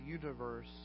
universe